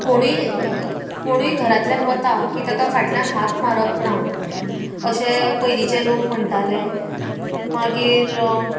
कोणूय कोणूय घरांतल्यान वता की ताका फाटल्यान हाक मारप ना अशें पयलींचे लोक म्हणटाले मागीर